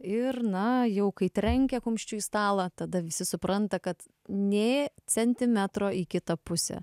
ir na jau kai trenkia kumščiu į stalą tada visi supranta kad nė centimetro į kitą pusę